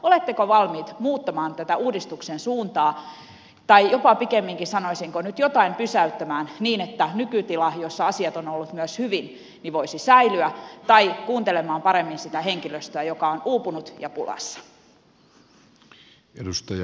oletteko valmiit muuttamaan tätä uudistuksen suuntaa tai jopa pikemminkin sanoisinko nyt jotain pysäyttämään niin että nykytila jossa asiat ovat olleet myös hyvin voisi säilyä tai oletteko valmiit kuuntelemaan paremmin sitä henkilöstöä joka on uupunut ja pulassa